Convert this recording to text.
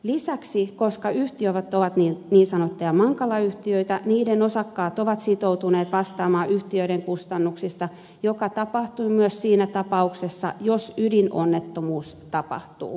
lisäksi koska yhtiöt ovat niin sanottuja mankala yhtiöitä niiden osakkaat ovat sitoutuneet vastaamaan yhtiöiden kustannuksista mikä tapahtuu myös siinä tapauksessa jos ydinonnettomuus tapahtuu